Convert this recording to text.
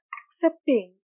accepting